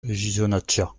ghisonaccia